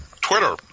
Twitter